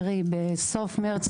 קרי בסוף מרס,